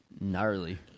Gnarly